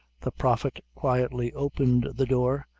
the prophet quietly opened the door,